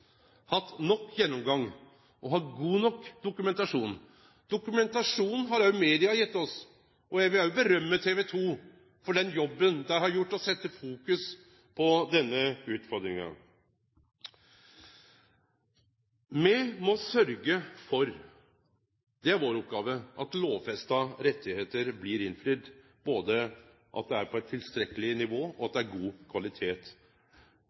hatt nok gjennomgang, og me har god nok dokumentasjon. Dokumentasjon har òg media gjeve oss. Eg vil rose TV 2 for den jobben dei har gjort ved å setje fokus på denne utfordringa. Me må sørgje for – det er vår oppgåve – at lovfesta rettar blir innfridde, og også at dei er på eit tilstrekkeleg nivå og av god kvalitet.